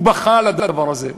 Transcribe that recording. הוא בכה על הדבר הזה.